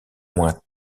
moins